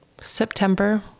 September